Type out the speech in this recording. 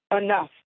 enough